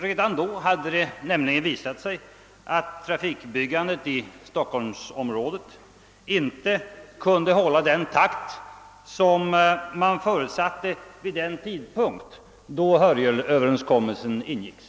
Pedan då hade det nämligen visat sig att trafikbyggandet i Stockholmsområdet inte kunde hålla den takt som förutsattes vid den tidpunkt då Hörjelöverenskommelsen ingicks.